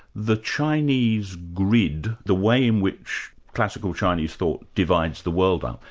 the chinese grid, the way in which classical chinese thought divides the world up,